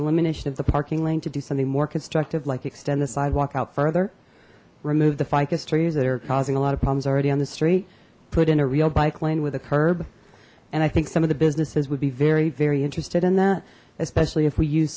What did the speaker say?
elimination of the parking lane to do something more constructive like extend the sidewalk out further remove the ficus trees that are causing a lot of problems already on the street put in a real bike lane with a curb and i think some of the businesses would be very very interested in that especially if we use